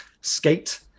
Skate